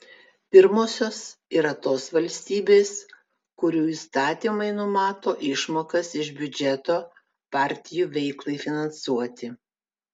pirmosios yra tos valstybės kurių įstatymai numato išmokas iš biudžeto partijų veiklai finansuoti